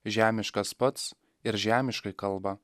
žemiškas pats ir žemiškai kalba